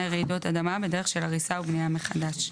רעידות אדמה בדרך של הריסה ובנייה מחדש".